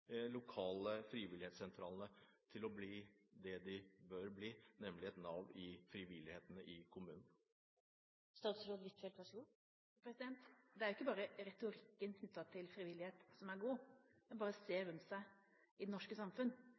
lokale frivillighetssentralene til å bli det de bør bli, nemlig et nav i frivilligheten i kommunene? Det er ikke bare retorikken knyttet til frivillighet som er god. Det er bare å se rundt seg i det norske